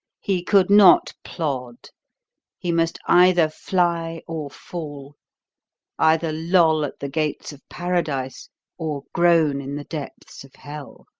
he could not plod he must either fly or fall either loll at the gates of paradise or groan in the depths of hell.